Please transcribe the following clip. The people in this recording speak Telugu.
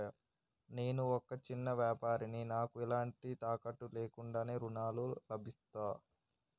నేను ఒక చిన్న వ్యాపారిని నాకు ఎలాంటి తాకట్టు లేకుండా ఋణం లభిస్తదా?